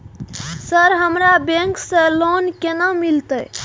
Sir हमरा bank से loan केना मिलते?